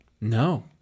No